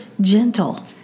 gentle